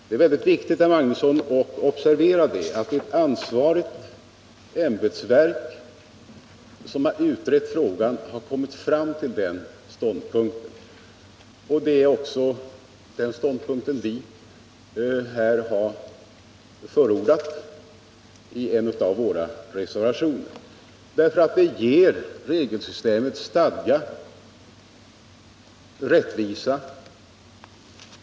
Det är viktigt, herr Magnusson, att observera att ett ansvarigt ämbetsverk, som har utrett frågan, har kommit fram till den ståndpunkten. Det är också en ståndpunkt som vi har förordat i en av våra reservationer, därför att den ger regelsystemet stadga och rättvisa.